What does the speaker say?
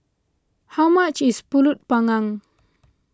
how much is Pulut Panggang